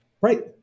Right